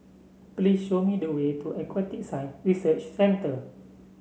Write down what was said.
please show me the way to Aquatic Science Research Centre